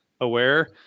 aware